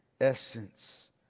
essence